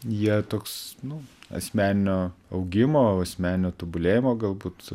jie toks nu asmeninio augimo asmeninio tobulėjimo galbūt